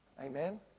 Amen